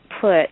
put